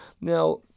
now